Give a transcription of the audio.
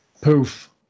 Poof